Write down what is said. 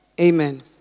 Amen